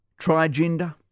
trigender